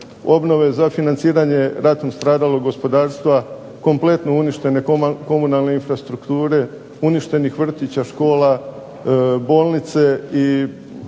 obnove, za financiranje ratom stradalog gospodarstva, kompletno uništene komunalne infrastrukture, uništenih vrtića, škola, bolnice i